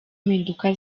mpinduka